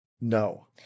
No